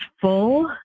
full